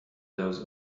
those